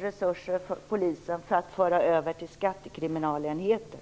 resurser från polisen för att föra över dem till skattekriminalenheter.